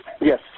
Yes